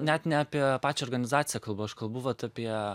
net ne apie pačią organizaciją kalbu aš kalbu vat apie